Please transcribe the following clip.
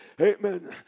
amen